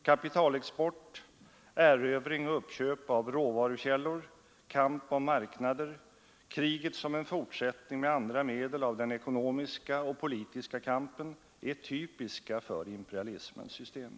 Kapitalexport, erövring och uppköp av råvarukällor, kamp om marknader, kriget som en fortsättning med andra medel av den ekonomiska och politiska kampen är typiska för imperialismens system.